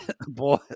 boy